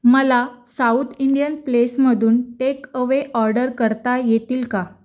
मला south Indian प्लेसमधून takeaway order करता येतील का